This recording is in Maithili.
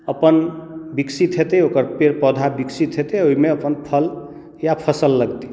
अपन विकसित हेतै ओकर पेड़ पौधा विकसित हेतै आ ओहिमे अपन फल या फसल लगतै